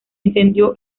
incendió